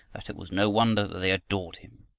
that it was no wonder that they adored him,